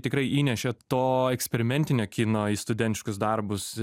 tikrai įnešė to eksperimentinio kino į studentiškus darbus